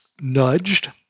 nudged